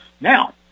Now